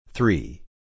Three